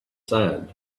sand